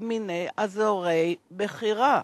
ואזורי בחירה